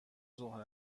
ظهر